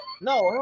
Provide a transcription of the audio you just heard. No